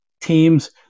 teams